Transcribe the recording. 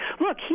Look